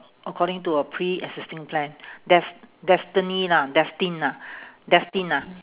according to a pre-existing plan des~ destiny lah destined ah destined ah